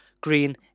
green